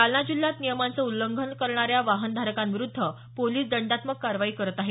जालना जिल्ह्यात नियमांचं उल्लंघन करणाऱ्या वाहनधारकांविरूद्ध पोलिस दंडात्मक कारवाई करत आहेत